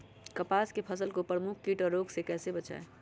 कपास की फसल को प्रमुख कीट और रोग से कैसे बचाएं?